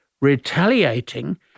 retaliating